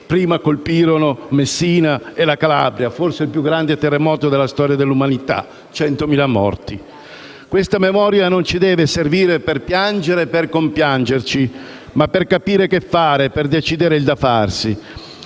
colpirono Messina e la Calabria in quello che forse è il più grande terremoto della storia dell'umanità. Questa memoria non ci deve servire per piangere e per compiangerci, ma per capire che fare e decidere il da farsi.